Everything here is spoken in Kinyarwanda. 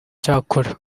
cyakora